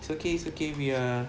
it's okay it's okay we are